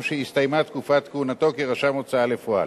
שהסתיימה תקופת כהונתו כרשם הוצאה לפועל.